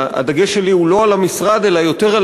הדגש שלי הוא לא על המשרד אלא יותר על